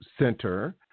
center